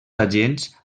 agents